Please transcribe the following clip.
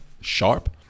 sharp